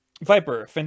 Viper